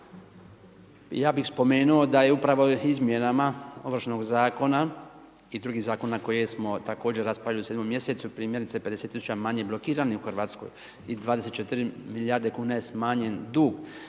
Ja bih spomenuo da je upravo izmjenama Ovršnog zakona i drugih zakona koje smo također raspravili u 7. mjesecu primjerice 50 tisuća manje blokiranih u Hrvatskoj i 24 milijarde kuna je smanjen dug